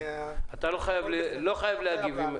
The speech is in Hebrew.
אתה לא חייב להגיב.